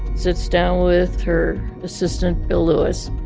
sits down with her assistant, bill lewis,